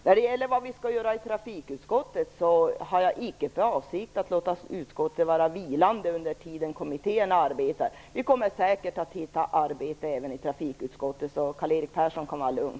När det gäller vad vi skall göra i trafikutskottet har jag icke för avsikt att låta utskottet vara vilande under den tid som kommittéerna arbetar. Vi kommer säkert att hitta uppgifter även i trafikutskottet. Så Karl-Erik Persson kan vara lugn.